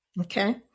Okay